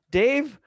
dave